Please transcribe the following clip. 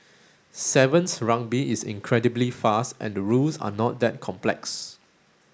sevens Rugby is incredibly fast and the rules are not that complex